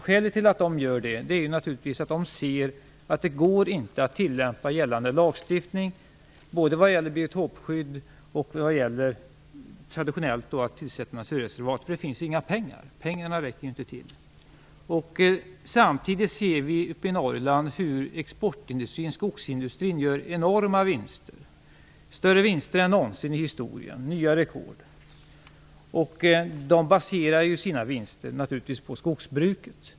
Skälet till detta är att de ser att inte går att tillämpa gällande lagstiftning, både när det gäller biotopskydd och i fråga om traditionellt avsättande till naturreservat, eftersom det inte finns några pengar. Pengarna räcker inte till. Samtidigt kan vi se hur skogsindustrin och exportindustrin i Norrland gör enorma vinster, större vinster än någonsin tidigare i historien och man sätter nya rekord. De baserar sina vinster naturligtvis på skogsbruket.